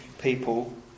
people